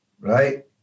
right